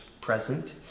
present